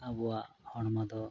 ᱟᱵᱚᱣᱟᱜ ᱦᱚᱲᱢᱚ ᱫᱚ